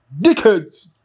dickheads